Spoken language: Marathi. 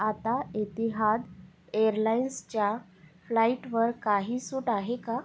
आता एतिहाद एअरलाइन्सच्या फ्लाइटवर काही सूट आहे का